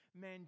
man